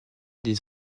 des